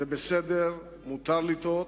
זה בסדר, מותר לטעות.